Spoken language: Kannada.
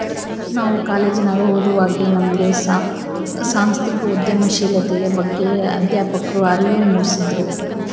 ನಾವು ಕಾಲೇಜಿನಗ ಓದುವಾಗೆ ನಮ್ಗೆ ಸಾಂಸ್ಥಿಕ ಉದ್ಯಮಶೀಲತೆಯ ಬಗ್ಗೆ ಅಧ್ಯಾಪಕ್ರು ಅರಿವು ಮೂಡಿಸಿದ್ರು